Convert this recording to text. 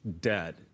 dead